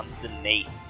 underneath